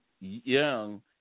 Young